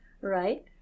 right